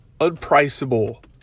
unpriceable